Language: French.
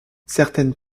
certaines